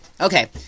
Okay